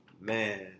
man